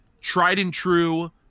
tried-and-true